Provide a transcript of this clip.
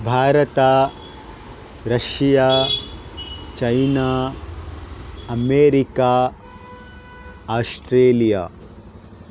Bharat Russia China America Australia